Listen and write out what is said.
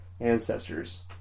ancestors